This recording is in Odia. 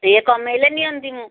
ସିଏ କମେଇଲେ ନିଅନ୍ତି ମୁଁ